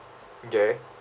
okay